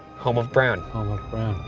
home of brown. home of